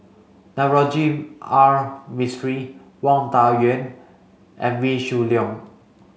Navroji R Mistri Wang Dayuan and Wee Shoo Leong